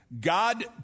God